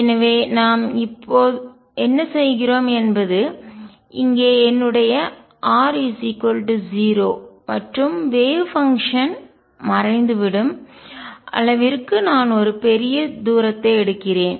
எனவே நாம் என்ன செய்கிறோம் என்பது இங்கே என்னுடைய r 0 மற்றும் வேவ் பங்ஷன் அலை செயல்பாடு மறைந்துவிடும் அளவிற்கு நான் ஒரு பெரிய தூரத்தை எடுக்கிறேன்